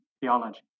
theology